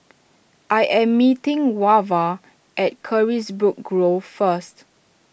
I am meeting Wava at Carisbrooke Grove first